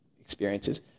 experiences